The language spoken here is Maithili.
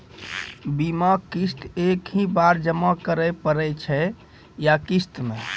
बीमा किस्त एक ही बार जमा करें पड़ै छै या किस्त मे?